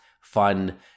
fun